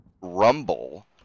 rumble